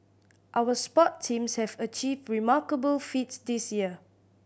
our sport teams have achieved remarkable feats this year